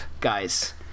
guys